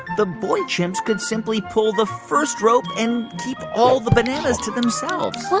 the boy chimps could simply pull the first rope and keep all the bananas to themselves well,